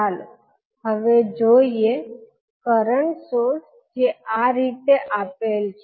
ચાલો હવે જોઈએ કરંટ સોર્સ જે આ રીતે આપેલ છે